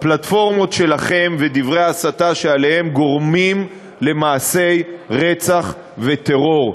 הפלטפורמות שלכן ודברי ההסתה שעליהן גורמים למעשי רצח וטרור.